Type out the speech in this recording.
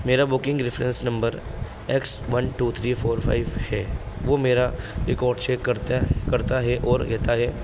میرا booking reference number X one two three four five ہے وہ میرا ریکارڈ چیک کرتا کرتا ہے اور کہتا ہے